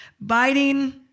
Biting